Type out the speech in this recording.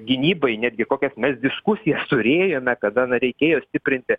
gynybai netgi kokias mes diskusijas turėjome kada na reikėjo stiprinti